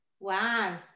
Wow